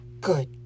Good